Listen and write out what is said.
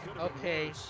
Okay